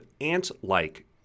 ant-like